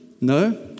no